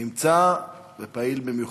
נמצא ופעיל במיוחד.